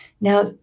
Now